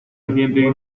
accidente